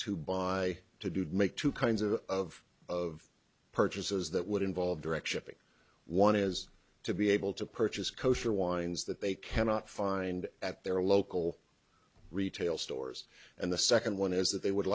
do to make two kinds of of of purchases that would involve direction one is to be able to purchase kosher wines that they cannot find at their local retail stores and the second one is that they would